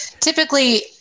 typically